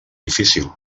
difícil